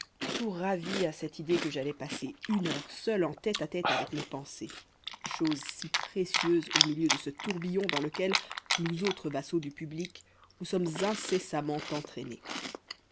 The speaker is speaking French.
tout ravi à cette idée que j'allais passer une heure seul en tête à tête avec mes pensées chose si précieuse au milieu de ce tourbillon dans lequel nous autres vassaux du public nous sommes incessamment entraînés